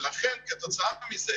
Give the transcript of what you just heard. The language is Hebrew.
ולכן כתוצאה מזה